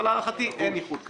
אבל להערכתי אין איחוד כזה.